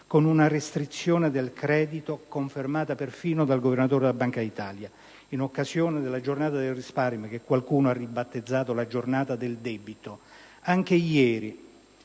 con una restrizione del credito, confermata perfino dal Governatore della Banca d'Italia in occasione della Giornata del risparmio, che qualcuno ha ribattezzato Giornata del debito. I dati